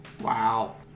wow